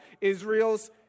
Israel's